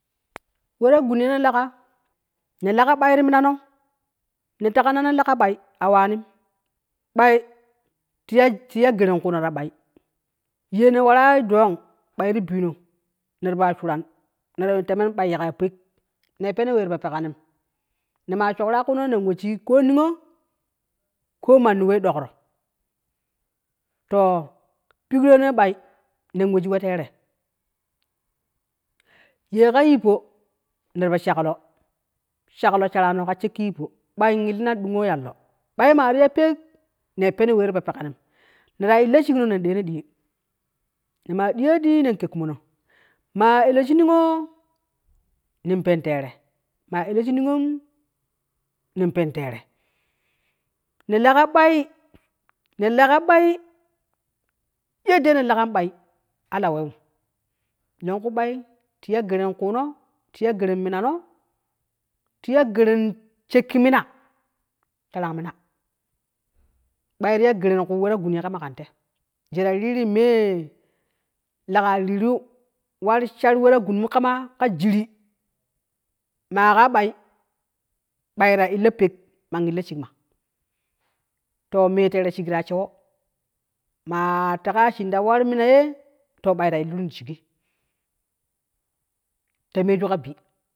Weta gun yene laga ne laga ɓai ti minano ne tega nano lega ɓai a waanim ɓai tiya-tiya geren kuuno ta ɓai ye ne warai dong ɓai ti biino netipo ya shuran neta yuun temen ɓai yiga ya pek ne pene we ta, pekka nim nemaa shukra shign nen we niyo ko manni wai dokro to pikro nei ɓai, nen we shig we teere yee ka yippo neti po shaklo shaklo sharano ka shekki yippo ɓai illina in dungo yallo, ɓai maa ti ya pek, ne pene wee tipo peganim neta illo shikno nen deeno dii ne maa diyo dii nen ke kumono maa ele shi niyoo, nen pen teere ma ele shi niyom nen pen teere, ne lega ɓai ne lega ɓai yadde ne legan ɓai, alawim longku ɓai tiya geren kuuno tiya geren minano tiya geren shekki mina, tarang mina, ɓai ti ya geren we ta gun ye karya kan te, yeta riru mee lega riru warsha we ta gunmu kama ka jiri maa ka ɓai, ɓai ta illo pek man illo shilam to mee teere shigi taya shewo maa tega ya shin ta war mina yo to ɓai ta illani ti shigi ta meju ka bi